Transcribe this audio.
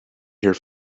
here